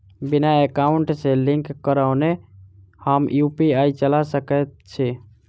बिना एकाउंट सँ लिंक करौने हम यु.पी.आई चला सकैत छी?